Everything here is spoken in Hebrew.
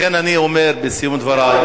לכן אני אומר בסיום דברי,